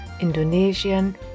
Indonesian